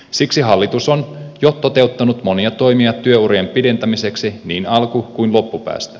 siksi hallitus on jo toteuttanut monia toimia työurien pidentämiseksi niin alku kuin loppupäästä